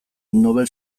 nobel